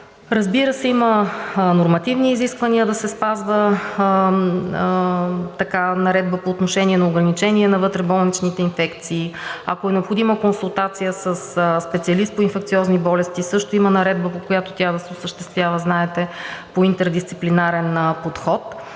Разбира се, има нормативни изисквания да се спазва Наредбата по отношение на ограничение на вътреболничните инфекции. Ако е необходима консултация със специалист по инфекциозни болести, също има наредба, по която тя да се осъществява, знаете, по интердисциплинарен подход.